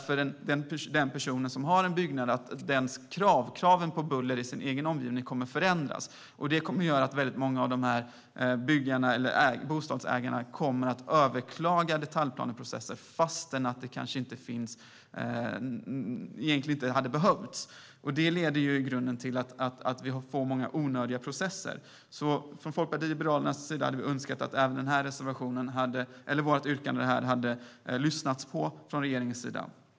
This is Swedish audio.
För en person som har en byggnad kan detta innebära att kraven på buller i den egna omgivningen kommer att förändras. Då kommer många bostadsägare att överklaga detaljplaner trots att det inte hade behövts. Det leder till många onödiga processer. Vi i Folkpartiet liberalerna önskar att regeringen hade lyssnat på oss när det gäller detta.